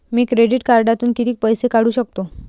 मी credit कार्डातून किती पैसे काढू शकतो?